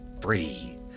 Free